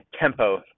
tempo